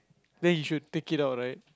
then you should take it out right